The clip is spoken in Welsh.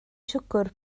siwgr